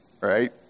Right